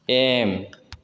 M